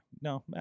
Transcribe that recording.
No